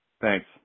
Thanks